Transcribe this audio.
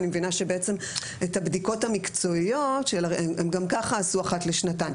אני מבינה שבעצם את הבדיקות המקצועיות הם גם ככה עשו אחת לשנתיים.